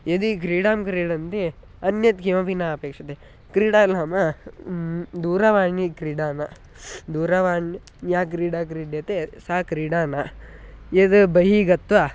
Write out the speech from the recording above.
यदि क्रीडां क्रीडन्ति अन्यत् किमपि न अपेक्षते क्रीडा नाम दूरवाणीक्रीडा न दूरवाणी या क्रीडा क्रीड्यते सा क्रीडा न यद् बहिः गत्वा